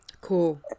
Cool